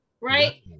right